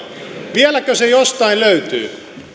vieläkö se jostain löytyy